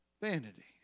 vanity